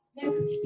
next